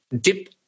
dip